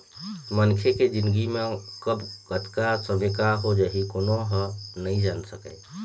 मनखे के जिनगी म कब, कतका समे का हो जाही कोनो ह नइ जान सकय